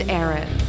Aaron